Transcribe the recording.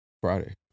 Friday